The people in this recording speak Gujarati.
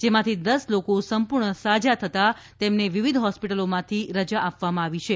જેમાંથી દસ લોકો સંપૂર્ણ સાજા થતા તેમને વિવિધ હોસ્પિટલોમાંથી રજા આપવામાં આવી છે